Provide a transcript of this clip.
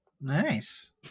nice